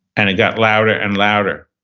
and it got louder and louder.